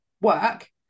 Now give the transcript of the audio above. work